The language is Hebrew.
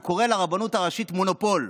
הוא קורא לרבנות הראשית "מונופול",